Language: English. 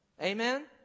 Amen